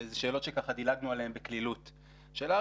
כלומר,